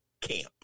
camp